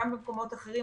גם במקומות אחרים.